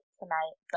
tonight